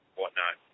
whatnot